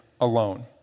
alone